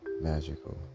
magical